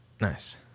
Nice